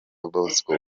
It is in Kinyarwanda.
bosco